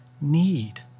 need